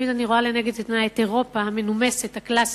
תמיד אני רואה לנגד עיני את אירופה המנומסת והקלאסית,